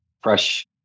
fresh